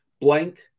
Blank